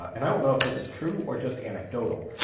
and i don't know if this is true or just anecdotal,